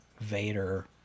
Vader